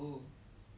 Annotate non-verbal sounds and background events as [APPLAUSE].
[LAUGHS]